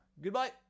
Goodbye